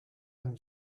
and